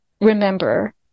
remember